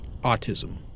autism